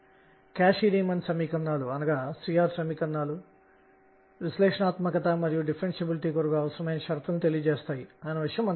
కాబట్టి ఉదాహరణకు ఈ 3 కక్ష్యలు ఒకే శక్తిని కలిగి ఉన్నాయని మరియు L1 L2 మరియు L3 కోణీయ ద్రవ్యవేగం లు కలిగి ఉన్నాయని అనుకుందాం